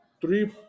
three